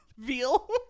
Veal